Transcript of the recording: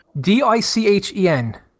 D-I-C-H-E-N